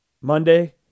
Monday